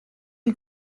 you